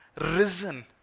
risen